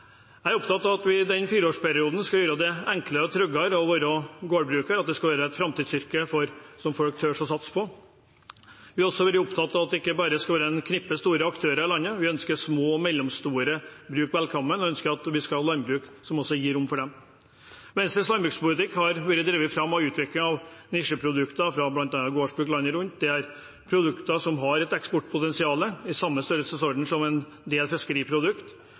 Jeg er opptatt av at vi i denne fireårsperioden skal gjøre det enklere og tryggere å være gårdbruker, og at det skal være et framtidsyrke som folk tør å satse på. Vi har også vært opptatt av at det ikke bare skal være et knippe store aktører i landet. Vi ønsker små og mellomstore bruk velkommen og ønsker at vi skal ha landbruk som også gir rom for dem. Venstres landbrukspolitikk har vært drevet fram og utviklet av bl.a. nisjeprodukter fra gårdsbruk landet rundt, produkter som har et eksportpotensial i samme størrelsesorden som en del